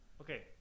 Okay